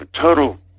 total